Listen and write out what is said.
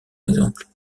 exemple